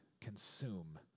consume